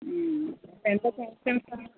മ് അപ്പോൾ എന്തൊക്കെ ഐറ്റംസ് ആണ്